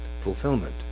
fulfillment